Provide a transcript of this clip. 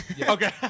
Okay